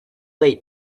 late